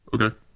Okay